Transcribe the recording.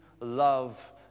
love